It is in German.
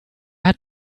hat